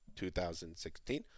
2016